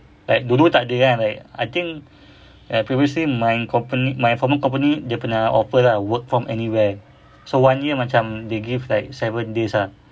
like dulu takde kan I think previously my company my former company dia pernah offer ah work from anywhere so one year macam they give like seven days ah